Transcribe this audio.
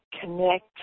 connect